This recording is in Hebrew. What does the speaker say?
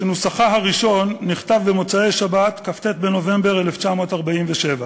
שנוסחה הראשון נכתב במוצאי שבת כ"ט בנובמבר 1947,